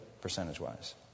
percentage-wise